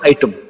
Item